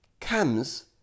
comes